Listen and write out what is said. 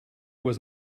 was